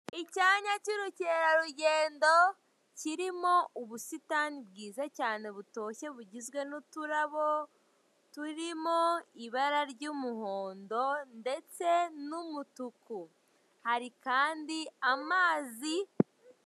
Icyanya cy'urukerarugendo kirimo ubusitani bwiza cyane butoshye bugizwe n'uturabo turimo ibara ry'umuhondo ndetse n'umutuku, hari kandi amazi.